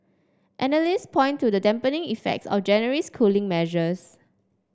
analysts point to the dampening effects of January's cooling measures